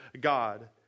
God